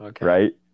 right